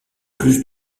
plus